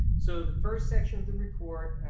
so the first section of the report.